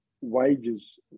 Wages